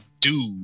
dude